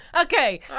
Okay